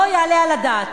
לא יעלה על הדעת.